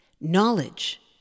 Knowledge